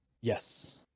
yes